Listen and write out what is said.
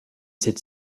cette